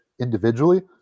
individually